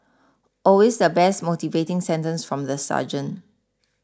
always the best motivating sentence from the sergeant